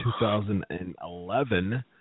2011